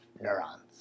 neurons